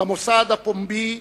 במוסד הפומבי,